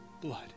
blood